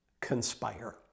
conspire